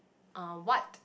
uh what